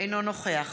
אינו נוכח